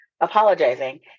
apologizing